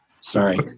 Sorry